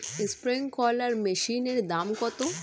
Sprinkler মেশিনের দাম কত?